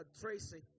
Tracy